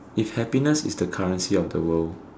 if happiness is the currency of the world